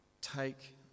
take